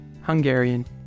Hungarian